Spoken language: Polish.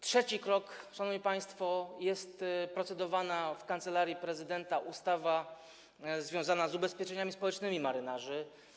Trzeci krok, szanowni państwo: jest procedowana w Kancelarii Prezydenta ustawa związana z ubezpieczeniami społecznymi marynarzy.